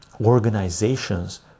organizations